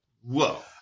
whoa